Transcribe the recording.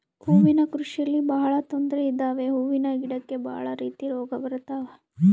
ಹೂವಿನ ಕೃಷಿಯಲ್ಲಿ ಬಹಳ ತೊಂದ್ರೆ ಇದಾವೆ ಹೂವಿನ ಗಿಡಕ್ಕೆ ಭಾಳ ರೀತಿ ರೋಗ ಬರತವ